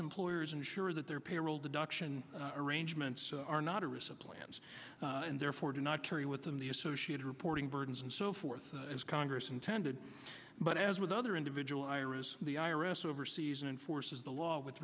employers ensure that their payroll deduction arrangements are not a recent plans and therefore do not carry with them the associated reporting burdens and so forth as congress intended but as with other individual iras the i r s oversees and enforces the law with